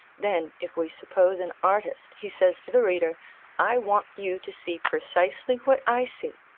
then, if we suppose an artist, he says to the reader i want you to see precisely what i see.